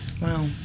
Wow